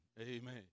Amen